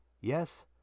Yes